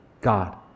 God